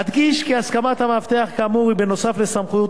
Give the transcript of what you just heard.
אדגיש כי הסמכת המאבטח כאמור היא נוסף על הסמכויות